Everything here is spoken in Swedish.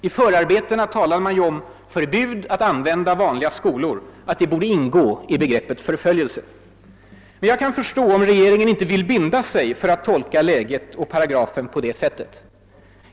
I förarbetena talade man ju om att »förbud att använda vanliga skolor» borde ingå i begreppet förföljelse. Men jag kan förstå om regeringen inte vill binda sig för att tolka läget och paragrafen på det sättet.